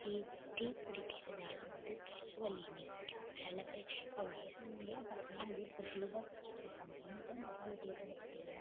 tea tea குடிக்கிறதால வந்து தலை வலி நிற்கும் சில பேர் இப்போ வயதானவுங்களே பார்த்திங்கன்னா வீட்டில் டீ தான் குடிச்சுட்டு இருப்பாங்க எனி டைம் பார்த்தாலும் டீ தான் குடிச்சுட்டு இருப்பாங்க